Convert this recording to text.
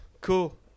Cool